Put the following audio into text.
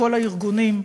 בכל הארגונים,